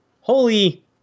holy